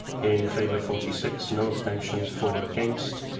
in favour forty six, no abstentions, four against.